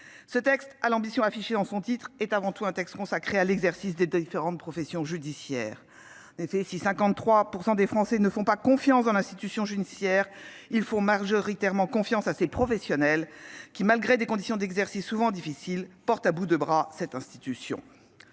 Ce texte, dont l'intitulé affiche l'ambition, est avant tout consacré à l'exercice des différentes professions judiciaires. En effet, si 53 % des Français ne font pas confiance à l'institution judiciaire, ils font majoritairement confiance à ses professionnels qui, malgré des conditions d'exercice souvent difficiles, portent cette institution